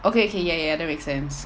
okay okay ya ya that makes sense